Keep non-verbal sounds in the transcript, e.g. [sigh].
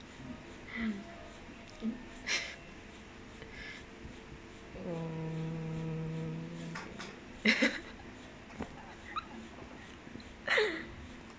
[noise] mm [laughs] [breath]